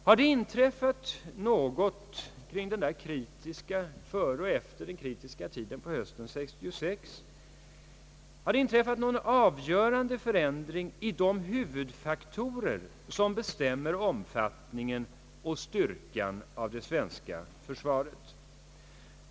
Har det egentligen inträffat någonting före och efter den kritiska tiden på hösten 1966? Har det inträffat någon avgörande förändring i de huvudfaktorer, som bestämmer omfattningen och styrkan av det svenska försvaret?